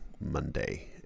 Monday